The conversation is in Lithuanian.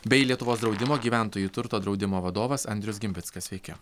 bei lietuvos draudimo gyventojų turto draudimo vadovas andrius gimbickas sveiki